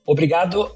Obrigado